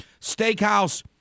steakhouse